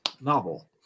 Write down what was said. novel